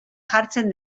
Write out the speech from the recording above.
jartzen